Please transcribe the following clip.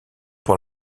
pour